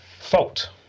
Fault